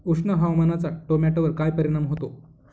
उष्ण हवामानाचा टोमॅटोवर काय परिणाम होतो?